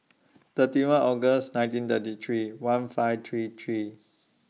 thirty one August nineteen thirty three one five three three